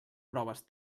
proves